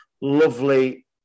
lovely